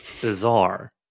bizarre